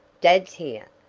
dad's here,